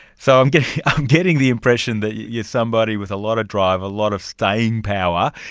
so i'm getting i'm getting the impression that you're somebody with a lot of drive, a lot of staying power,